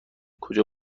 کجا